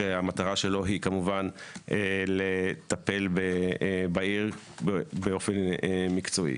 כשהמטרה שלו היא כמובן לטפל בעיר באופן מקצועי.